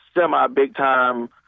semi-big-time